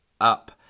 up